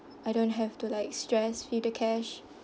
I don't have to like stress with the cash